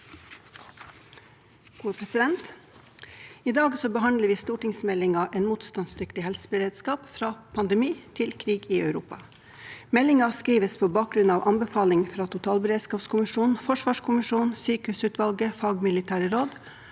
I dag behandler vi stor- tingsmeldingen En motstandsdyktig helseberedskap – Fra pandemi til krig i Europa. Meldingen skrives på bakgrunn av anbefalinger fra totalberedskapskommisjonen, forsvarskommisjonen, sykehusutvalget, fagmilitært råd